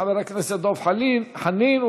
חבר הכנסת דב חנין,